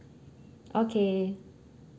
okay